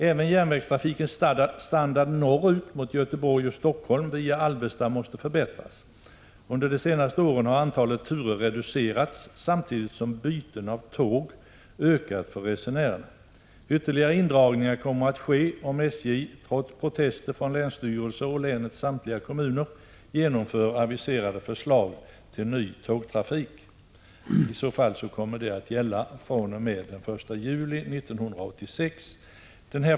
Även järnvägstrafikens standard norrut mot Göteborg och Helsingfors via Alvesta måste förbättras. Under de senaste åren har antalet turer reducerats samtidigt som byten av tåg har ökat för resenärerna. Ytterligare indragningar kommer att ske, om SJ, trots protester från länsstyrelse och länets samtliga kommuner, genomför de aviserade förslagen om ny tågtrafik. I så fall kommer de nya bestämmelserna att gälla fr.o.m. den 1 juli 1986.